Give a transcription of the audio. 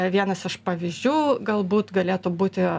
vienas iš pavyzdžių galbūt galėtų būti